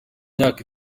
myaka